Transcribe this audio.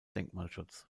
denkmalschutz